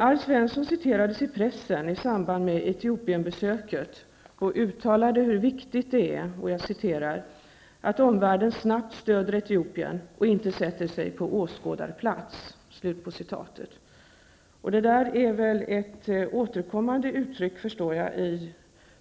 Alf Svensson citerades i pressen i samband med Etiopienbesöket, då han uttalade hur viktigt det är ''att omvärlden snabbt stöder Etiopien och inte sätter sig på åskådarplats''. Jag förstår att detta är ett återkommande uttryck i